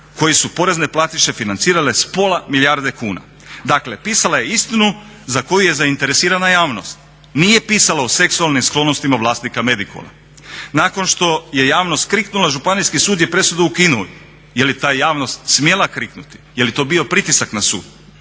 koji su porezne platiše financirale s pola milijarde kuna. Dakle, pisala je istinu za koju je zainteresirana javnost. Nije pisala o seksualnim sklonostima vlasnika Medicola. Nakon što je javnost kriknula Županijski sud je presudu ukinuo. Je li ta javnost smjela kriknuti? Je li to bio pritisak na sud?